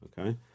okay